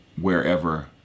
wherever